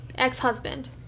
ex-husband